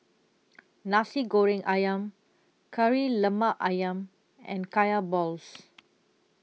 Nasi Goreng Ayam Kari Lemak Ayam and Kaya Balls